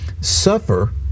Suffer